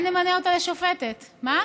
תשיב שרת המשפטים חברת הכנסת איילת שקד, בבקשה.